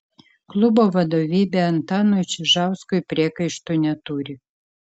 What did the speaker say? klubo vadovybė antanui čižauskui priekaištų neturi